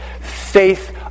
faith